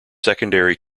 secondary